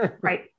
right